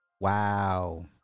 Wow